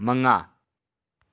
ꯃꯉꯥ